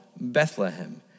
Bethlehem